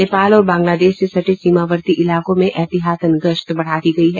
नेपाल और बांग्लादेश से सटे सीमावर्ती इलाकों में एहतियातन गश्त बढ़ा दी गयी है